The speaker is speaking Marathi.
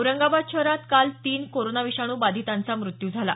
औरंगाबाद शहरात काल तीन कोरोना विषाणू बाधितांचा मृत्यू झाला